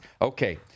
Okay